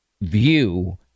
view